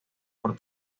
por